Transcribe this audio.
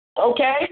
Okay